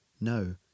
No